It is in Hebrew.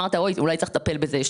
אמרת להם שאולי צריך לטפל בזה.